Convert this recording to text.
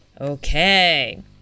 Okay